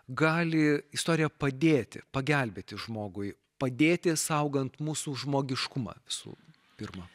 gali istorija padėti pagelbėti žmogui padėti saugant mūsų žmogiškumą visų pirma